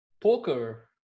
poker